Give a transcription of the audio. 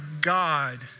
God